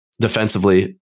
defensively